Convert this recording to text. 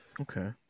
Okay